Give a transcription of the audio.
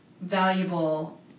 valuable